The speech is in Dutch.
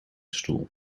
stoel